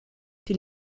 die